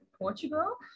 Portugal